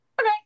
okay